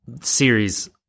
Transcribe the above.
series